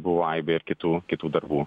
buvo aibė ir kitų kitų darbų